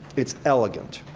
it's elegant.